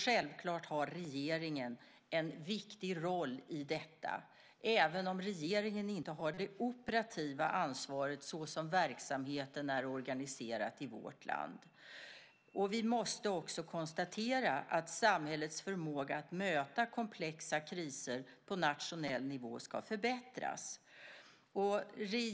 Självklart har regeringen en viktig roll i detta, även om regeringen inte har det operativa ansvaret så som verksamheten är organiserad i vårt land. Vi måste också konstatera att samhällets förmåga att möta komplexa kriser på nationell nivå ska förbättras.